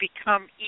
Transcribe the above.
become